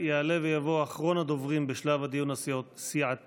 יעלה ויבוא אחרון הדוברים בשלב הדיון הסיעתי,